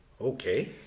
Okay